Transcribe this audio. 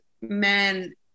men